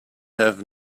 have